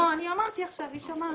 לא, אני אמרתי עכשיו, היא שמעה.